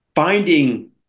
Finding